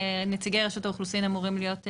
נציגי רשות האוכלוסין אמורים להיות בזום.